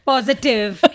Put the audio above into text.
positive